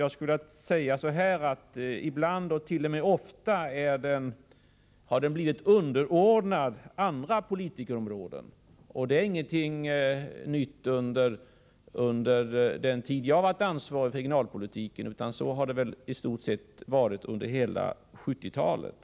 Ibland, och t.o.m. ofta, har den blivit underordnad andra områden av politiken. Det är inte något nytt som uppkommit under den tid jag har varit ansvarig för regionalpolitiken, utan så har det varit under i stort sett hela 1970-talet.